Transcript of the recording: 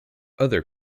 other